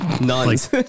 Nuns